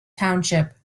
township